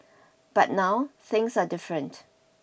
but now things are different